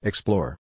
Explore